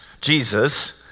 Jesus